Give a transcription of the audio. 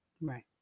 right